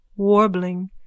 Warbling